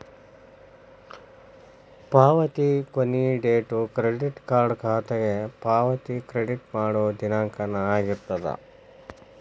ಪಾವತಿ ಕೊನಿ date credit card ಖಾತೆಗೆ ಪಾವತಿ ಕ್ರೆಡಿಟ್ ಮಾಡೋ ದಿನಾಂಕನ ಆಗಿರ್ತದ